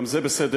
גם זה בסדר.